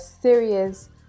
serious